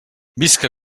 visca